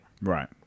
Right